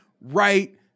right